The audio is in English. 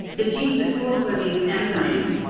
the genes that code for these enzymes,